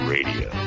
Radio